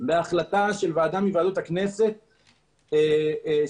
בהחלטה של ועדה מוועדות הכנסת שקיבלה.